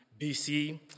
BC